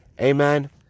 Amen